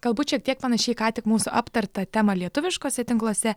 galbūt šiek tiek panaši į ką tik mūsų aptartą temą lietuviškuose tinkluose